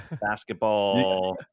basketball